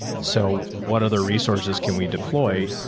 so what other resources can we deploy?